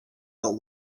the